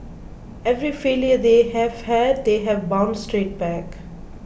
every failure they have had they have bounced straight back